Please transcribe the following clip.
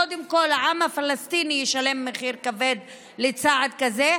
קודם כול העם הפלסטיני ישלם מחיר כבד על צעד כזה,